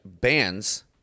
bands